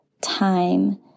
time